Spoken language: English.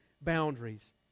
boundaries